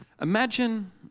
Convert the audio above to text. Imagine